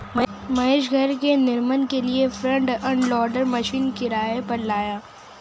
महेश घर के निर्माण के लिए फ्रंट एंड लोडर मशीन किराए पर लाया